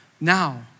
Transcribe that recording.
now